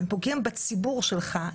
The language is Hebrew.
הם פוגעים בציבור שלך,